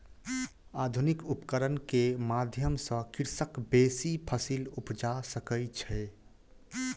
आधुनिक उपकरण के माध्यम सॅ कृषक बेसी फसील उपजा सकै छै